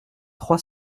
trois